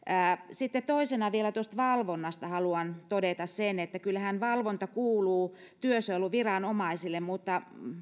sitten toisena vielä tuosta valvonnasta haluan todeta sen että kyllähän valvonta kuuluu työsuojeluviranomaisille mutta